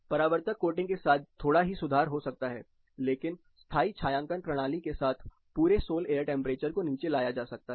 परावर्तक कोटिंग के साथ थोड़ा ही सुधार हो सकता है लेकिन स्थायी छायांकन प्रणाली के साथ पूरे सोल एयर टेंपरेचर को नीचे लाया जा सकता है